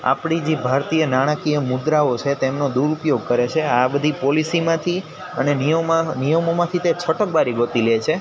આપણી જી ભારતીય નાણાંકીય મુદ્રાઓ છે તેમનું દૂરઉપયોગ કરે છે આ બધી પોલિસી માંથી અને નિયમોમાંથી તે છટક બારી ગોતી લે છે